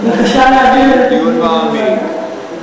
דיון מעמיק,